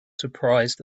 surprised